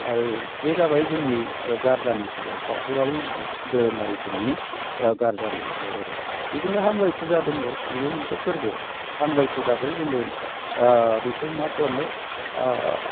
आरो बे जाबाय जोंनि गारजानि सायाव बाथौआरि धोरोमारिफोरनि गारजानि सायावहाय आरो बिदिनो हामबाय फुजा दङ बेबो मोनसे फोरबो हामबाय फुजाखौ जोङो बेखौ मा खालामो